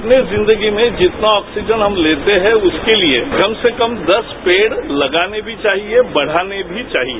अपनी जिंदगी में जितना ऑक्सीजन हम लेते हैं उसके लिए कम से कम दस पेड़ लगाने भी चाहिए बढ़ाने भी चाहिए